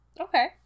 okay